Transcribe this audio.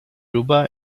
juba